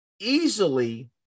easily